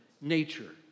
nature